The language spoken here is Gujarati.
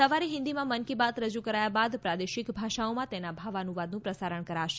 સવારે ફિન્દીમાં મન કી બાત રજૂ કરાયા બાદ પ્રાદેશિક ભાષાઓમાં તેના ભાવાનુવાદનું પ્રસારણ કરાશે